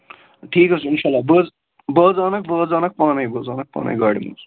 ٹھیٖک حظ چھُ اِنشاء اللہ بہٕ حظ بہٕ حظ اَنَکھ بہٕ حظ اَنَکھ پانے بہٕ حظ اَنَکھ پانے گاڑِ منٛز